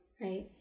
right